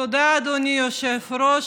תודה, אדוני היושב-ראש.